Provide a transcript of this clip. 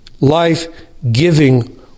life-giving